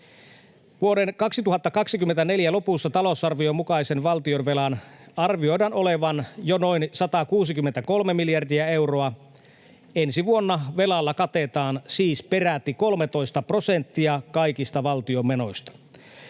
Vuoden 2024 lopussa talousarvion mukaisen valtionvelan arvioidaan olevan jo noin 163 miljardia euroa, ensi vuonna velalla katetaan siis peräti 13 prosenttia kaikista valtion menoista.